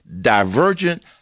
divergent